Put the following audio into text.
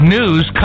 News